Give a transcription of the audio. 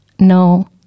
No